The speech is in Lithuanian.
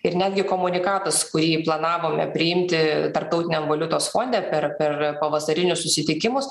ir netgi komunikatas kurį planavome priimti tarptautiniam valiutos fonde per per pavasarinius susitikimus